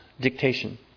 dictation